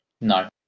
No